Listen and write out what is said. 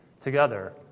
together